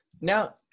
Now